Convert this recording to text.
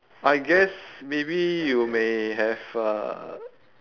I guess maybe you may have a